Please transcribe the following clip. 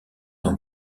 dans